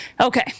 okay